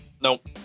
nope